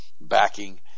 backing